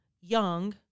young